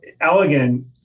elegant